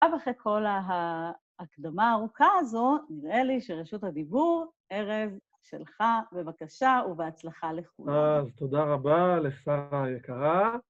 ואחרי כל ההקדמה הארוכה הזו, נראה לי שרשות הדיבור, ארז, שלך, בבקשה, ובהצלחה לכולנו. אז תודה רבה לשרה היקרה.